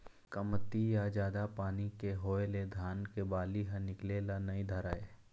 कमती या जादा पानी के होए ले धान के बाली ह निकले ल नइ धरय